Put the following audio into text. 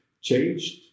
changed